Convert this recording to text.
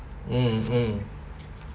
mm mm